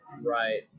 Right